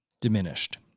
diminished